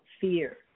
fear